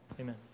amen